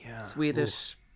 swedish